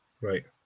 Right